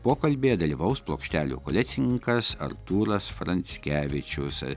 pokalbyje dalyvaus plokštelių kolekcininkas artūras franckevičius ir